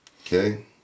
okay